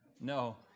No